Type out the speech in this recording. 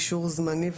אישור זמני,